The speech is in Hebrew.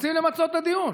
רוצים למצות את הדיון.